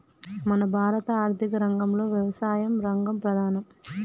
మన భారత ఆర్థిక రంగంలో యవసాయ రంగం ప్రధానం